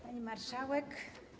Pani Marszałek!